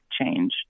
change